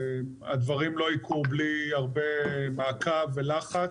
הדברים לא יקרו בלי הרבה מעקב ולחץ,